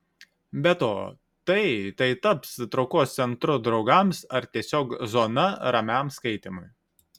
be to tai tai taps traukos centru draugams ar tiesiog zona ramiam skaitymui